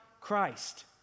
Christ